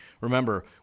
Remember